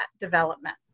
development